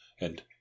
and